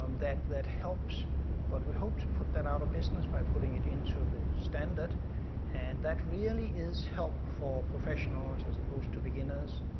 um that that helps but we hope to put that out of business by putting it into the standard and that really is help for professionals as opposed to beginners.